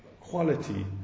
quality